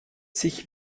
sich